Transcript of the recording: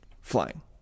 flying